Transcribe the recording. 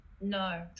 No